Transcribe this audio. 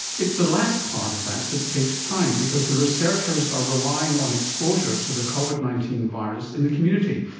it's the last part of that that takes time because the researchers are relying on exposure to the covid nineteen virus in the community,